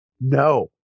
No